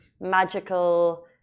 magical